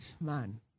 man